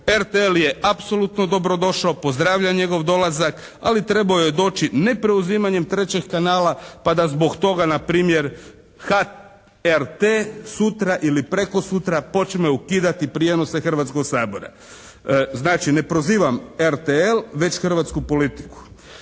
RTL je apsolutno dobro došao, pozdravljam njegov dolazak ali trebao je doći ne preuzimanjem trećeg kanala pa da zbog toga na primjer HRT sutra ili prekosutra počne ukidati prijenose Hrvatskog sabora. Znači, ne prozivam RTL već hrvatsku politiku.